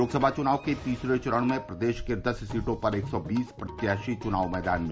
लोकसभा चुनाव के तीसरे चरण में प्रदेश के दस सीटों पर एक सौ बीस प्रत्याशी चुनावी मैदान में